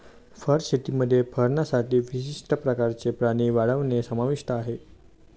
fur शेतीमध्ये फरसाठी विशिष्ट प्रकारचे प्राणी वाढवणे समाविष्ट आहे